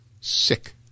Sick